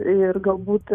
ir galbūt